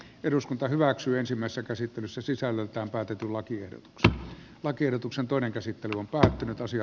eduskunta hyväksyy ensimmäistä käsittelyssä sisällöltään päätetyn lakiehdotuksen lakiehdotuksen toinen käsittely on päättynyt osia